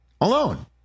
alone